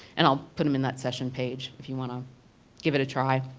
and i'll put them in that session page, if you want to give it a try.